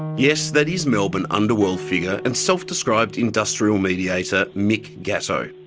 yes, that is melbourne underworld figure and self-described industrial mediator mick gatto.